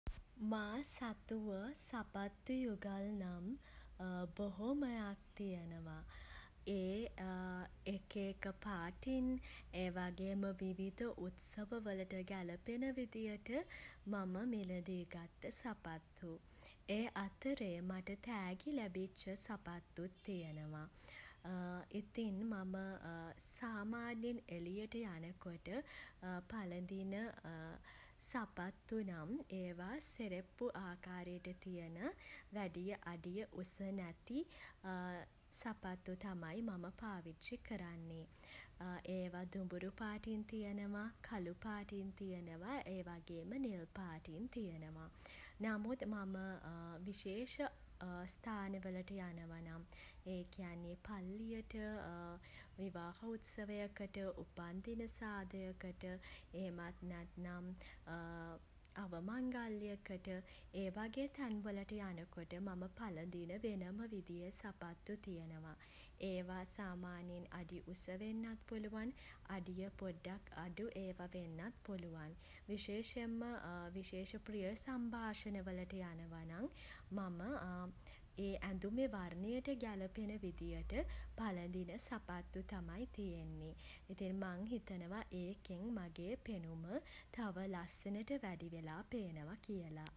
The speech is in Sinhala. මා සතුව සපත්තු යුගල් නම් බොහොමයක් තියෙනවා. ඒ එක එක පාටින් ඒ වගේම විවිධ උත්සව වලට ගැළපෙන විදිහට මම මිලදී ගත්ත සපත්තු. ඒ අතරේ මට තෑගි ලැබිච්ච සපත්තුත් තියෙනවා. ඉතිං මම සාමාන්‍යයෙන් එළියට යනකොට පළඳින සපත්තු නම් ඒවා සෙරෙප්පු ආකාරයට තියෙන වැඩිය අඩිය උස නැති සපත්තු තමයි මම පාවිච්චි කරන්නේ. ඒවා දුඹුරු පාටින් තියෙනවා. කළු පාටින් තියෙනවා. ඒ වගේම නිල් පාටින් තියෙනවා. නමුත් මම විශේෂ ස්ථානවලට යනවා නම් ඒ කියන්නේ පල්ලියට විවාහ උත්සවයකට උපන්දින සාදයකට එහෙමත් නැත්නම් අවමංගල්‍යකට ඒ වගේ තැන්වලට යනකොට මම පළදින වෙනම විදියෙ සපත්තු තියෙනවා. ඒවා සාමාන්‍යයෙන් අඩි උස වෙන්නත් පුළුවන්. අඩිය පොඩ්ඩක් අඩු ඒවා වෙන්නත් පුළුවන්. විශේෂයෙන්ම විශේෂ ප්‍රිය සම්භාෂණවලට යනවා නම් මම ඒ ඇඳුමේ වර්ණයට ගැළපෙන විදියට පළඳින සපත්තු තමයි තියෙන්නෙ. ඉතින් මං හිතනවා ඒකෙන් මගේ පෙනුම තව ලස්සනට වැඩිවෙලා පේනවා කියලා.